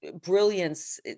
brilliance